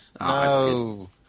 no